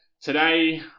Today